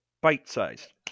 Bite-sized